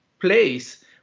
place